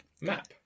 Map